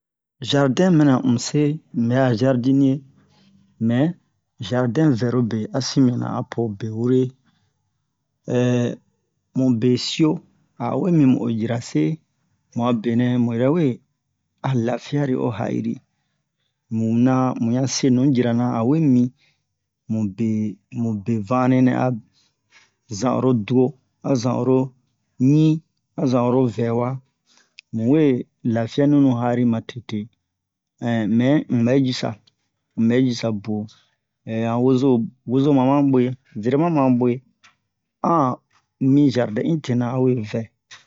zardɛn mina un se un ɓɛ a zardeniye mɛ zardɛn vɛrobe a sin mɛ na apo bewure mu be-siyo a o we mi mu o cira se mu benɛ mu yɛrɛ we a lafiyari o ha'iri mu ɲan mu ɲan se nu jira na a we mi mube mube vanle nɛ zan oro duwo a zan oro ɲi a zan oro vɛwa mu we lafiya nu ha'iri matete mɛ un bɛ jisa un bɛ jisa buwo han wozo wozoma ma ɓwe zerema ma ɓwe an mi zardɛn in tena a we vɛ